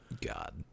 God